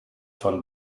von